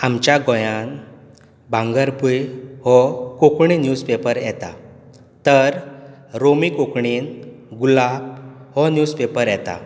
आमच्या गोंयात भांगरभूंय हो कोंकणी न्युजपेपर येता तर रोमी कोंकणींत गुलाब हो न्युजपेपर येता